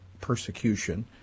persecution